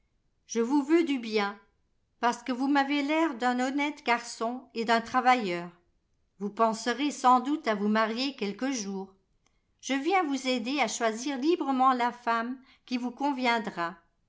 je vous veux du bien parce que vous m'avez l'air d'un honnête garçon et d'un travailleur vous penserez sans doute à vous marier quelque jour je viens vous aider à choisir librement la femme qui vous conviendra